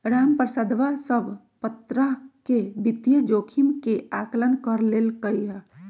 रामप्रसादवा सब प्तरह के वित्तीय जोखिम के आंकलन कर लेल कई है